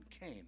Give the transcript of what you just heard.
came